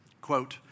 Quote